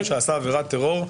אדם שעשה עבירת טרור,